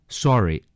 sorry